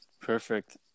Perfect